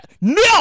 no